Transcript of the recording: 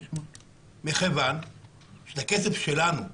מכיוון שאת הכסף שלנו,